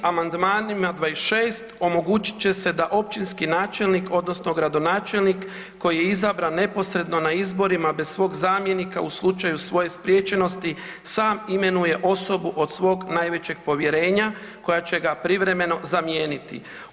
Amandmanima 26. omogućit će se da općinski načelnik, odnosno gradonačelnik koji je izabran neposredno na izborima bez svog zamjenika u slučaju svoje spriječenosti sam imenuje osobu od svog najvećeg povjerenja koja će ga privremeno zamijeniti.